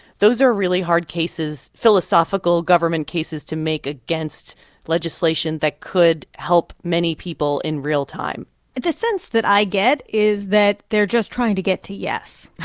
those are really hard cases philosophical government cases to make against legislation that could help many people in real time the sense that i get is that they're just trying to get to yes.